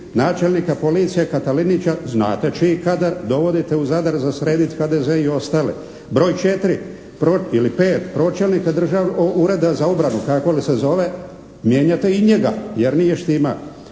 načelnika policije Katalenića, znate čiji kadar, dovodite u Zadar za srediti HDZ i ostale. Broj četiri ili pet, pročelnika Ureda za obranu, kako li se zove, mijenjate i njega jer nije štimao.